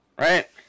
Right